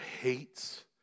hates